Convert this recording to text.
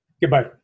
Goodbye